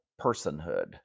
personhood